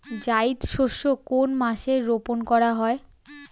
জায়িদ শস্য কোন মাসে রোপণ করা হয়?